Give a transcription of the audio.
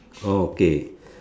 oh okay